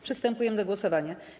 Przystępujemy do głosowania.